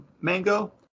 mango